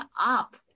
up